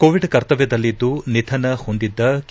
Covid ಕರ್ತವ್ಯದಲ್ಲಿದ್ದು ನಿಧನ ಹೊಂದಿದ್ದ ಕೆ